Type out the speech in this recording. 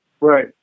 right